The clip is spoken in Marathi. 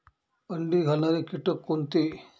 अंडी घालणारे किटक कोणते?